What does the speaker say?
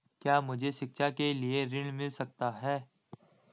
क्या मुझे शिक्षा के लिए ऋण मिल सकता है?